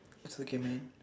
it's okay man